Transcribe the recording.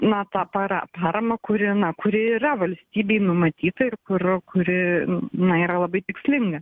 na tą para paramą kuri na kuri yra valstybei numatyta ir kur kuri na yra labai tikslinga